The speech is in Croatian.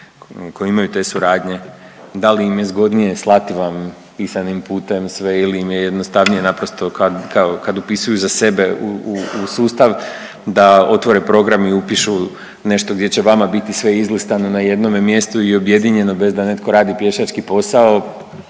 koji imaju te suradnje a li im je zgodnije slati vam pisanim putem sve ili im je jednostavnije naprosto kad upisuju za sebe u sustav da otvore program i upišu nešto gdje će vama biti sve izlistano na jednome mjestu i objedinjeno bez da netko radi pješački posao.